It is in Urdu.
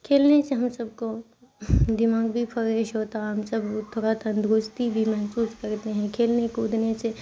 کھیلنے سے ہم سب کو دماگ بھی فریش ہوتا ہے ہم سب تھوڑا تندرستی بھی محسوس کرتے ہیں کھیلنے کودنے سے